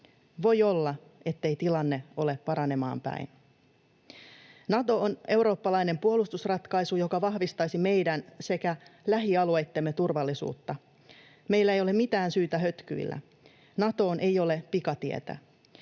Voi olla, ettei tilanne ole paranemaan päin. Nato on eurooppalainen puolustusratkaisu, joka vahvistaisi meidän sekä lähialueittemme turvallisuutta. Meillä ei ole mitään syytä hötkyillä. Natoon ei ole pikatietä.